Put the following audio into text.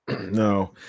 No